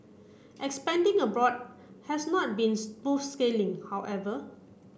expanding abroad has not been smooth sailing however